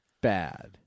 bad